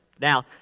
Now